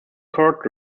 court